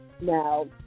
Now